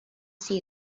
see